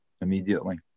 immediately